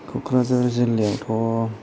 क'क्राझार जिल्लायावथ'